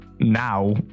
now